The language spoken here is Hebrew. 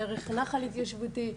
דרך נחל התיישבותי,